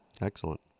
Excellent